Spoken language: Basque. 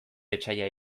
etsaia